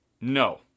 No